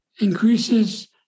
increases